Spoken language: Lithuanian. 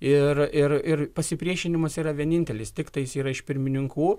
ir ir ir pasipriešinimas yra vienintelis tiktais yra iš pirmininkų